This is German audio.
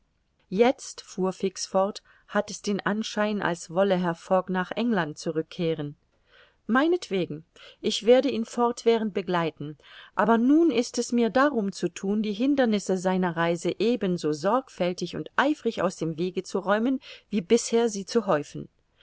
jetzt fuhr fix fort hat es den anschein als wolle herr fogg nach england zurückkehren meinetwegen ich werde ihn fortwährend begleiten aber nun ist mir es darum zu thun die hindernisse seiner reise ebenso sorgfältig und eifrig aus dem wege zu räumen wie bisher sie zu häufen